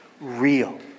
real